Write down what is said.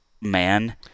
man